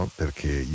perché